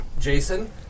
Jason